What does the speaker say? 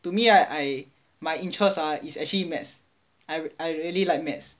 to me right I my interest ah is actually maths I I really like maths